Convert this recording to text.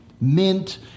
mint